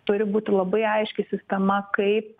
turi būti labai aiški sistema kaip